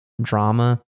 drama